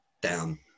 down